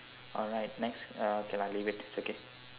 alright next uh okay lah leave it it's okay